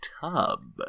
tub